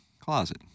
closet